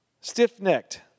Stiff-necked